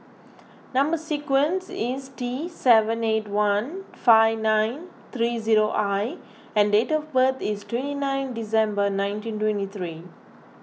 Number Sequence is T seven eight one five nine three zero I and date of birth is twenty nine December nineteen twenty three